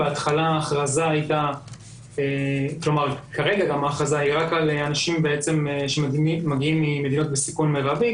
כרגע ההכרזה היא רק על אנשים שמגיעים ממדינות בסיכון מרבי,